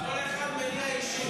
ולכל אחד מניע אישי.